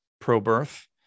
pro-birth